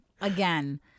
Again